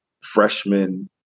freshman